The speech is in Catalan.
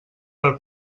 per